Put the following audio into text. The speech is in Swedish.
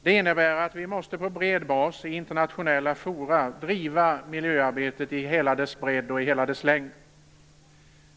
Det innebär att vi måste driva miljöarbetet i hela dess bredd och hela dess längd på bred bas i internationella fora.